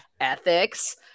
ethics